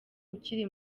ukiri